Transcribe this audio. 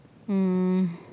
um